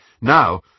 Now